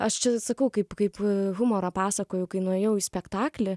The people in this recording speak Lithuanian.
aš čia sakau kaip kaip humorą pasakoju kai nuėjau į spektaklį